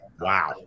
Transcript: wow